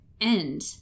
end